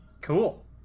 Cool